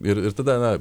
ir ir tada na